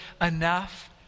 enough